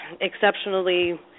exceptionally